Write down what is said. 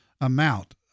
amount